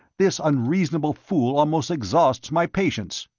this unreasonable fool almost exhausts my patience.